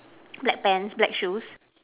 black pants black shoes